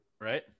Right